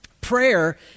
Prayer